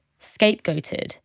scapegoated